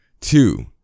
Two